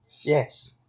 Yes